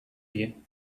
you